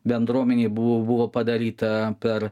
bendruomenei buvo buvo padaryta per